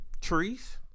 Trees